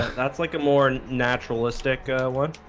that's like a more naturalistic one